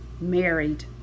married